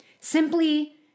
Simply